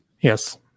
Yes